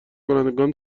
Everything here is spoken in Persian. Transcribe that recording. کنندگان